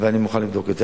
ואני מוכן לבדוק את זה.